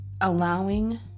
allowing